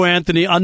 Anthony